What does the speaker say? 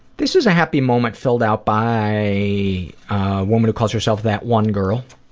this is a happy moment filled out by a woman calls herself that one girl.